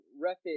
Refit